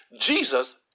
Jesus